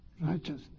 Righteousness